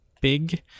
big